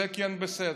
זה כן בסדר.